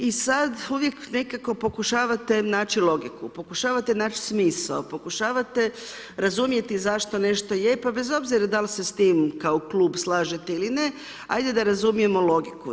I sad uvijek nekako pokušavate naći logiku, pokušavate naći smisao, pokušavate razumjeti zašto nešto je pa bez obzira da li se s tim kao klub slažete ili ne, ajde da razumijemo logiku.